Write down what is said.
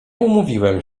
umówiłem